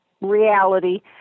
reality